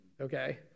okay